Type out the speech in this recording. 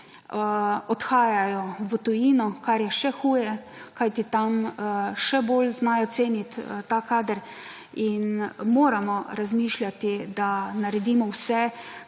odhajajo v tujino, kar je še huje. Kajti, tam še bolj znajo ceni ti ta kader. Moramo razmišljati, da naredimo vse,